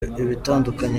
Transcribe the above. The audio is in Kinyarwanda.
ibitandukanye